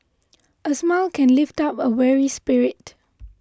a smile can often lift up a weary spirit